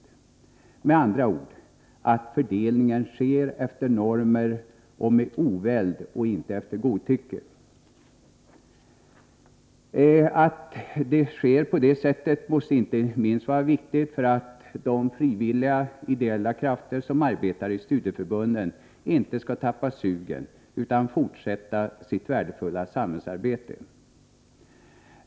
Det är med andra ord viktigt att fördelningen sker efter normer och med oväld och inte efter godtycke. Att fördelningen sker på det sättet måste inte minst vara viktigt för att de frivilliga, ideella krafter som arbetar i studieförbunden inte skall tappa sugen utan fortsätta sitt värdefulla samhällsarbete.